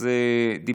וגם אצלך בוועדה,